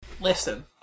Listen